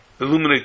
illuminate